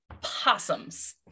possums